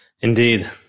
Indeed